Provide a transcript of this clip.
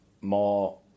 more